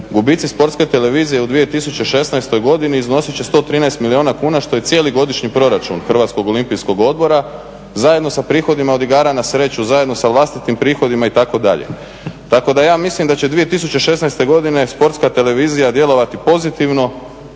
gubici Sportske televizije u 2016. godini iznosit će 113 milijuna kuna, što je cijeli godišnji proračun Hrvatskog olimpijskog odbora zajedno sa prihodima od igara na sreću, zajedno sa vlastitim prihodima itd. Tako da ja mislim da će 2016. godine Sportska televizija djelovati pozitivno